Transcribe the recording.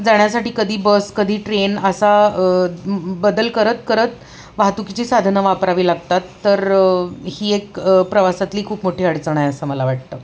जाण्यासाठी कधी बस कधी ट्रेन असा बदल करत करत वाहतुकीची साधनं वापरावी लागतात तर ही एक प्रवासातली खूप मोठी अडचण आहे असं मला वाटतं